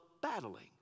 battling